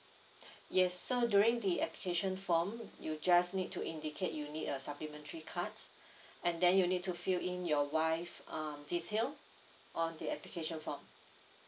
yes so during the application form you just need to indicate you need a supplementary cards and then you need to fill in your wife um detail on the application form